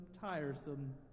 tiresome